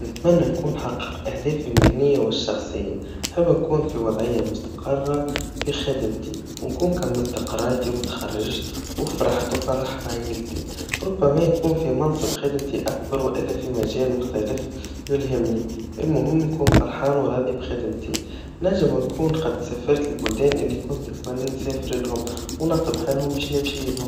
نتمنى نكون حققت أهدافي المهنيا والشخصيا, نحب نكون في وضعيا مستقرا, في خدمتي, ونكون كملت قرايتي واتخخرجت, وفرحت وفرحت عايلتي, وربما يكون في منصب خدمتي أكبر, وإلا في مجال مختلف يلهمني, المهم نكون فرحان وراضي بخدمتي, ننجم نكون قد سافرت البلدان اللي كنت بتمنى نسافر لهم, ونطب حالهم باش نمشيلهم.